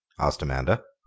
asked amanda.